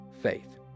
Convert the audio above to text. faith